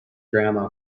grandma